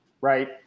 right